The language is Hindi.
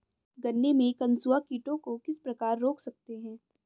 गन्ने में कंसुआ कीटों को किस प्रकार रोक सकते हैं?